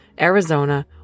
Arizona